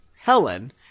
Helen